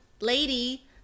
lady